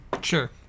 sure